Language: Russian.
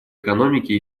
экономике